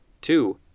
Two